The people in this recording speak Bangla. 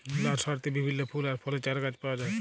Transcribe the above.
লার্সারিতে বিভিল্য ফুল আর ফলের চারাগাছ পাওয়া যায়